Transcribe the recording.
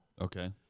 Okay